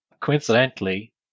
coincidentally